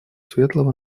светлого